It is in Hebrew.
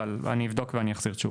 אבל אני אבדוק ואני אחזיר תשובה.